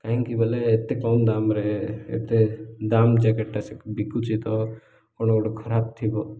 କାହିଁକି ବୋଲେ ଏତେ କମ୍ ଦାମ୍ରେ ଏତେ ଦାମ୍ ଜ୍ୟାକେଟ୍ଟା ସେ ବିକୁଛି ତ କ'ଣ ଗୋଟେ ଖରାପ ଥିବ